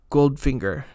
Goldfinger